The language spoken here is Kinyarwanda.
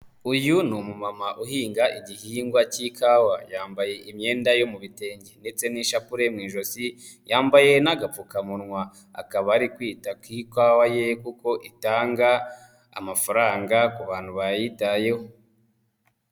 Uyu ni umumama uhinga igihingwa k'ikawa yambaye imyenda yo mu bitenge ndetse n'ishapure mu ijosi, yambaye n'agapfukamunwa, akaba ari kwita ku ikawa ye kuko itanga amafaranga ku bantu bayitayeho.